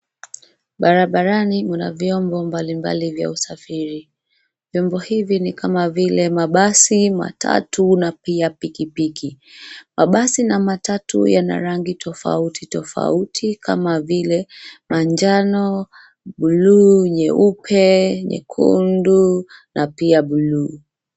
Barabarani kuna vyombo mbalimbali vya usafiri. Vyombo hivi ni kama vile mabasi ,matatu na pikipiki. Mabasi na matatu yana rangi tofauti tofauti kama vile manjano, bluu, nyeupe ,mekundu na pia bluu.